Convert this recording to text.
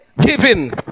giving